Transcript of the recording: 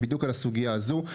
בדיוק על הסוגיה הזו.